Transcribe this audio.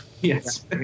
Yes